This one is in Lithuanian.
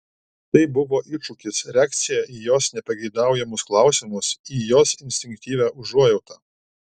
tai buvo iššūkis reakcija į jos nepageidaujamus klausimus į jos instinktyvią užuojautą